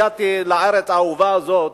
הגעתי לארץ האהובה הזאת,